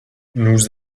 nous